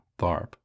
Tharp